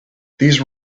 these